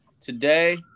today